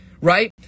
right